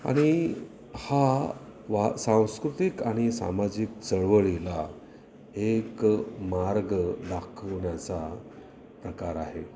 आणि हा वा सांस्कृतिक आणि सामाजिक चळवळीला एक मार्ग दाखवण्याचा प्रकार आहे